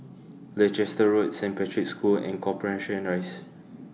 Leicester Road Saint Patrick's School and Corporation Rise